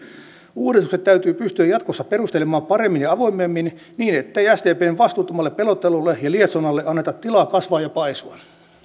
uudistukset täytyy pystyä jatkossa perustelemaan paremmin ja avoimemmin niin ettei sdpn vastuuttomalle pelottelulle ja ja lietsonnalle anneta tilaa kasvaa ja paisua